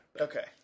Okay